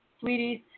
sweeties